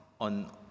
on